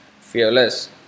fearless